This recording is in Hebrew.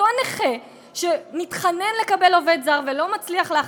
אותו נכה שמתחנן לקבל עובד זר ולא מצליח להחזיק,